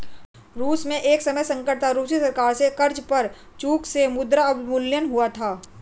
रूस में एक समय संकट था, रूसी सरकार से कर्ज पर चूक से मुद्रा अवमूल्यन हुआ था